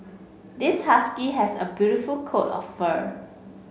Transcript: this husky has a beautiful coat of fur